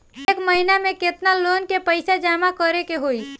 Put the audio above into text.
एक महिना मे केतना लोन क पईसा जमा करे क होइ?